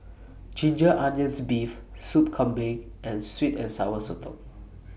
Ginger Onions Beef Sup Kambing and Sweet and Sour Sotong